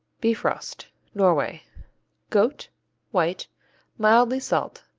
bifrost norway goat white mildly salt.